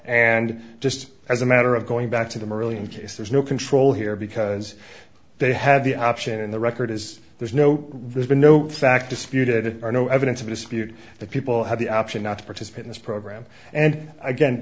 and just as a matter of going back to them early in case there's no control here because they have the option and the record is there's no there's been no fact disputed or no evidence of a dispute that people had the option not to participate in this program and again